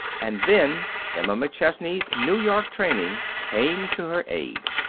and then emma mcchesney's new york training came to her aid.